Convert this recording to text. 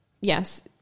yes